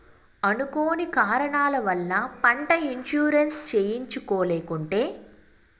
అనుకోని కారణాల వల్ల, పంట ఇన్సూరెన్సు చేయించలేకుంటే, రైతు నష్ట పోతే తీసుకోవాల్సిన చర్యలు సెప్పండి?